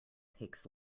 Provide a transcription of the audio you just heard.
takes